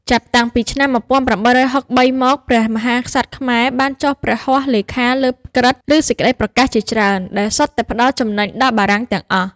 ចាប់តាំងពីឆ្នាំ ១៨៦៣ មក ព្រះមហាក្សត្រខ្មែរ បានចុះព្រះហស្ថលេខាលើក្រឹត្យ ឬ សេចក្ដីប្រកាសជាច្រើន ដែលសុទ្ធតែផ្ដល់ចំណេញដល់បារាំងទាំងអស់។